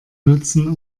nutzen